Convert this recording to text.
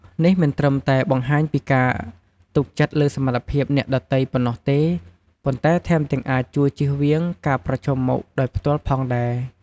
នេះមិនត្រឹមតែបង្ហាញពីការទុកចិត្តលើសមត្ថភាពអ្នកដទៃប៉ុណ្ណោះទេ ប៉ុន្តែថែមទាំងអាចជួយជៀសវាងការប្រឈមមុខដោយផ្ទាល់ផងដែរ។